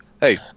hey